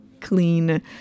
Clean